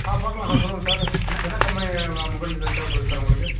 ஆ பாக்கலாம் சார் சொல்லுங்கள் சார் என்ன என்ன கம்பெனி மொபைல் சார் தேவைப்படுது சார் உங்களுக்கு